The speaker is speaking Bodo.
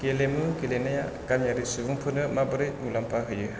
गेलेमु गेलेनाया गामियारि सुबुंफोरनो माबोरै मुलाम्फा होयो